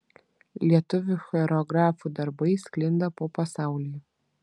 lietuvių choreografų darbai sklinda po pasaulį